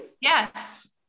yes